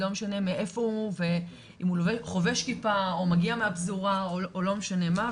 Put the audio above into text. לא משנה מאיפה הוא ואם הוא חובש כיפה או מגיע מהפזורה או לא משנה מה,